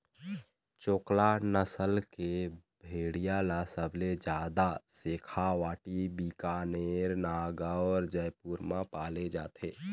चोकला नसल के भेड़िया ल सबले जादा सेखावाटी, बीकानेर, नागौर, जयपुर म पाले जाथे